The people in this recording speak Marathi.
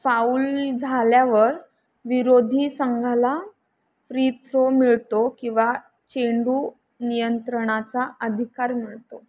फाऊल झाल्यावर विरोधी संघाला फ्री थ्रो मिळतो किंवा चेंडू नियंत्रणाचा अधिकार मिळतो